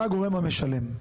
אתה הגורם המשלם.